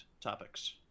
topics